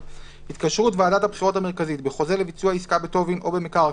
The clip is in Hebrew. התקשרות ועדת הבחירות המרכזית בחוזה לביצוע עסקה בטובין או במקרקעין,